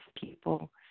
people